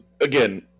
again